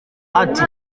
ati